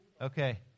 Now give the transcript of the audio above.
Okay